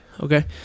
Okay